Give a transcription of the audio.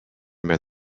met